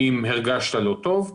אם הרגשת לא טוב,